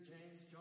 James